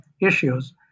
issues